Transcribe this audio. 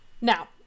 Now